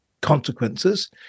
consequences